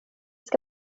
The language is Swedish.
ska